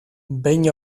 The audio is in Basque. behin